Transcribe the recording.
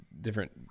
different